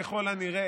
ככל הנראה,